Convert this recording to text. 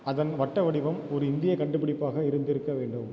அதன் வட்ட வடிவம் ஒரு இந்திய கண்டுபிடிப்பாக இருந்திருக்க வேண்டும்